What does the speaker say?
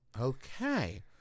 Okay